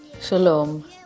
Shalom